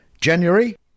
January